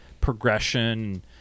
progression